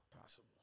Possible